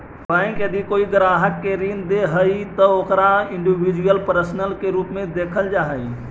bank यदि कोई ग्राहक के ऋण दे हइ त ओकरा इंडिविजुअल पर्सन के रूप में देखल जा हइ